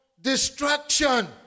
destruction